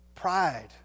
Pride